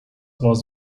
was